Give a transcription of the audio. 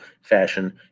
fashion